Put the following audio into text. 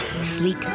sleek